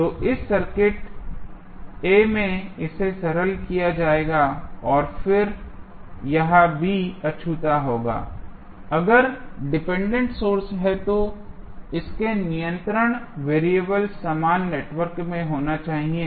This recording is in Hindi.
तो इस सर्किट A में इसे सरल किया जाएगा फिर यह B अछूता होगा अगर डिपेंडेंट सोर्स हैं तो इसके नियंत्रण वेरिएबल समान नेटवर्क में होना चाहिए